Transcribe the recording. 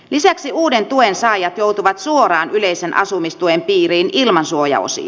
lisäksi uudet tuensaajat joutuvat suoraan yleisen asumistuen piiriin ilman suojaosia